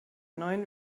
neuen